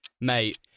mate